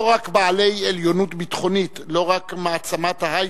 לא רק בעלי עליונות ביטחונית, לא רק מעצמת היי-טק,